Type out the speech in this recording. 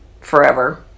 forever